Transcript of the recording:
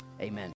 amen